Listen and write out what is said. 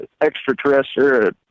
extraterrestrial